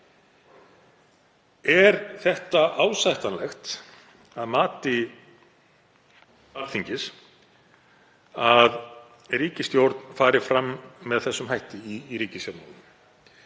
Er ásættanlegt að mati Alþingis að ríkisstjórn fari fram með þessum hætti í ríkisfjármálum?